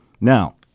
Now